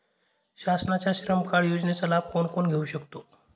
शासनाच्या श्रम कार्ड योजनेचा लाभ कोण कोण घेऊ शकतो?